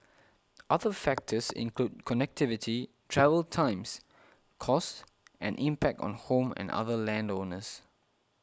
other factors include connectivity travel times costs and impact on home and other land owners